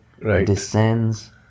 descends